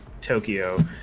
Tokyo